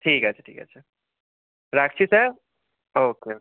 ঠিক আছে ঠিক আছে রাখছি স্যার ওকে ওকে